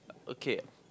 okay